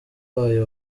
wayo